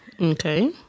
Okay